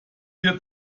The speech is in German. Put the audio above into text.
wir